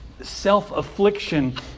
self-affliction